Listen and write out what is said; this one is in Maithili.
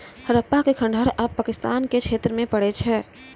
हड़प्पा के खंडहर आब पाकिस्तान के क्षेत्र मे पड़ै छै